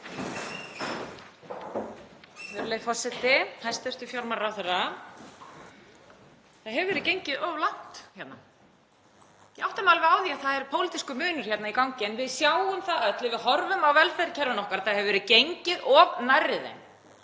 Það hefur verið gengið of langt hérna. Ég átta mig alveg á því að það er pólitískur munur hérna í gangi en við sjáum það öll ef við horfum á velferðarkerfin okkar að það hefur verið gengið of nærri